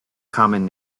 common